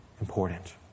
important